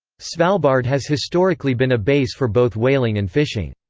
svalbard has historically been a base for both whaling and fishing.